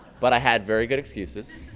but, i had very good excuses,